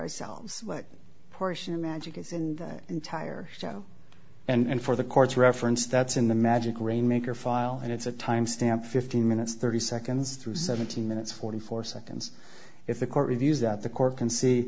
ourselves what portion of magic is in the entire show and for the courts referenced that's in the magic rainmaker file and it's a timestamp fifteen minutes thirty seconds to seventeen minutes forty four seconds if the court reviews that the court can see